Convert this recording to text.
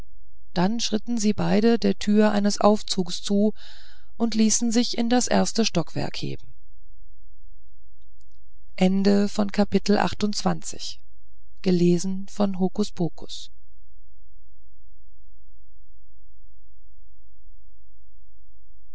dann schritten sie beide der tür eines aufzugs zu und ließen sich in das erste stockwerk heben